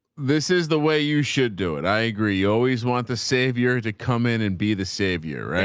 this is the way you should do it. i agree. you always want the savior to come in and be the savior, right?